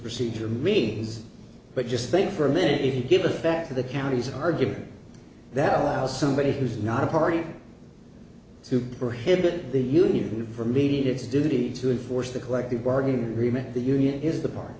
procedure means but just think for a minute if you give it back to the counties argument that allows somebody who's not a party superhit the union for mediate its duty to enforce the collective bargaining agreement the union is the part